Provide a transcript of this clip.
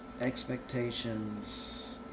expectations